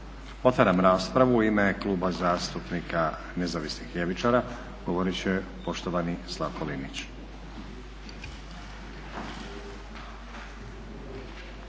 Otvaram raspravu. U ime Kluba zastupnika Nezavisnih ljevičara govoriti će poštovani Slavko Linić.